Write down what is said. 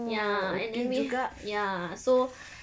ya and then we ya so